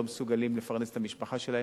לא מסוגלים לפרנס את המשפחה שלהם,